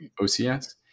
OCS